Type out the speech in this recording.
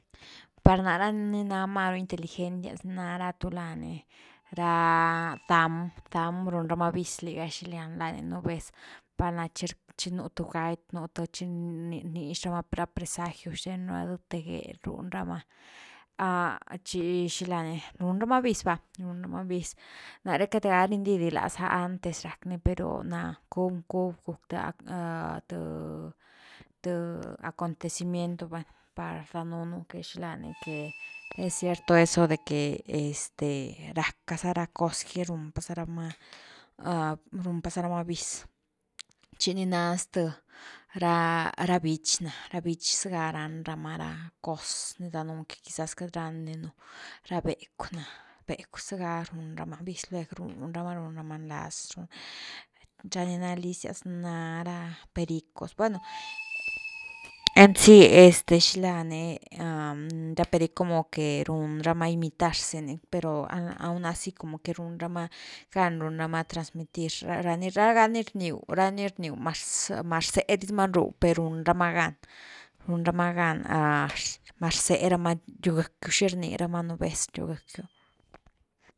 Par nare ra ni na maru inteligentias ni nára tulá ny rad dam-dam run rama viz liga nú vez val na chi nú tu gaty chi ni rnix rama ra presajio xthe rama dëthe gelrun rama, tchi xila ni run rama vis va-run rama vis nare queity ga rindi di laza rack ni antes pero ná cubi-cubi guck th-th acontecimiento par danunu que xila ni que es cierto eso de que rack ca za ra cos gy, run pa za rama-run pa zarama viz chi ni nani zth ra-ra bich na, ra bichi zega ran rama ra cosni danunu quizás queity randinu ra becw na, becw zega run rama viz lueg run rama run ramanlaz ra ni na listias ni na ra pericos bueno en si este xila ni, ra peric’w run rama imitar si ni pero aun asi run rama gan run rama transmitir ra-ra ni ra-ra ni rniu, ra ni rniu mas rze dis ma rú per run rama gan- run rama gan mas rzerama riu gëckyu xi rni rama nú vez riugëckiu.